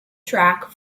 track